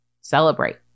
celebrate